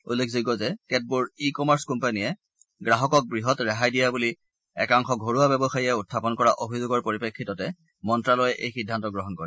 উল্লেখযোগ্য যে কেতবোৰ ই কমাৰ্চ কোম্পানীয়ে গ্ৰাহকক বৃহৎ ৰেহাই দিয়া বুলি একাংশ ঘৰুৱা ব্যৱসায়ীয়ে উখাপন কৰা অভিযোগৰ পৰিপ্ৰেক্ষিততে মন্ত্যালয়ে এই সিদ্ধান্ত গ্ৰহণ কৰে